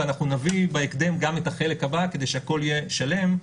ואנחנו נביא בהקדם גם את החלק הבא כדי שהכול יהיה שלם,